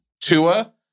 Tua